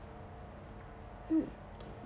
mm